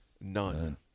none